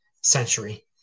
century